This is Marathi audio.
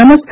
नमस्कार